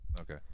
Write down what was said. Okay